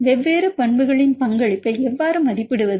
வெவ்வேறு பண்புகளின் பங்களிப்பை எவ்வாறு மதிப்பிடுவது